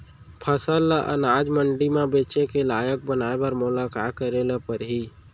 फसल ल अनाज मंडी म बेचे के लायक बनाय बर मोला का करे ल परही?